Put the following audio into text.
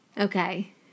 Okay